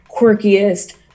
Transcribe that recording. quirkiest